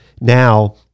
now